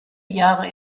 jahre